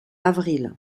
avril